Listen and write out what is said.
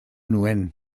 nuen